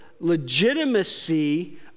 legitimacy